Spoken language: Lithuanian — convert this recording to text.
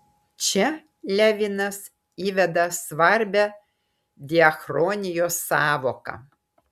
čia levinas įveda svarbią diachronijos sąvoką